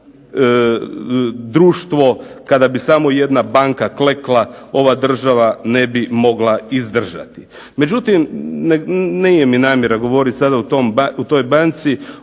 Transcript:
društvo kada bi samo jedna banka klekla ova država ne bi mogla izdržati. Međutim, nije mi namjera govoriti sada o toj banci.